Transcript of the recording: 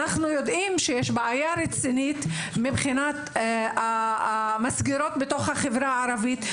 אנחנו יודעים שיש בעיה רצינית מבחינת המסגרות בתוך החברה הערבית,